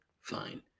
fine